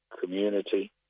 community